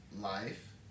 life